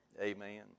Amen